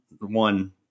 one